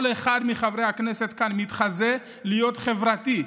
כל אחד מחברי הכנסת כאן מתחזה להיות חברתי.